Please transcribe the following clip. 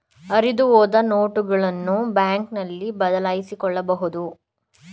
ಹರಿದುಹೋದ ನೋಟುಗಳನ್ನು ಬ್ಯಾಂಕ್ನಲ್ಲಿ ಬದಲಾಯಿಸಿಕೊಳ್ಳಬಹುದು